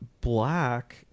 black